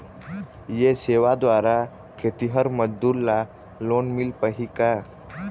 ये सेवा द्वारा खेतीहर मजदूर ला लोन मिल पाही का?